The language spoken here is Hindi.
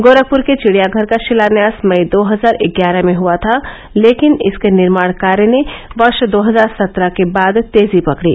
गोरखपुर के चिड़ियाघर का शिलान्यास मई दो हजार ग्यारह में हुआ था लेकिन इसके निर्माण कार्य ने वर्ष दो हजार सत्रह के बाद तेजी पकड़ी